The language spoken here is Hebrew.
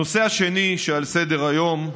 הנושא השני שעל סדר-היום,